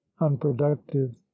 unproductive